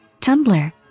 Tumblr